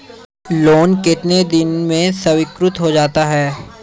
Loan कितने दिन में स्वीकृत हो जाता है?